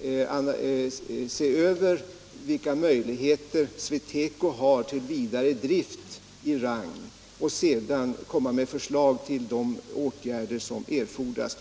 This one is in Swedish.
och undersöka vilka möjligheter till alternativ sysselsättning eller vidare drift av Rang SweTeco har för att sedan komma med förslag till de åtgärder som erfordras.